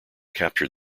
captured